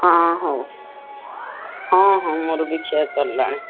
ହଁ ହଉ ହଁ ହଁ ମୋର ବି ଖିଆ ସରିଲାଣି